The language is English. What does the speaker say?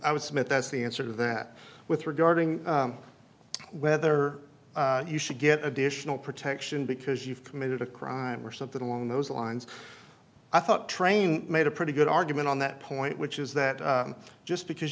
submit that's the answer to that with regarding whether you should get additional protection because you've committed a crime or something along those lines i thought train made a pretty good argument on that point which is that just because